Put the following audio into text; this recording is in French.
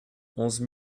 onze